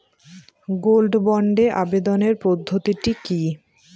Gold বন্ডে আবেদনের পদ্ধতিটি কি?